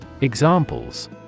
Examples